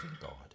God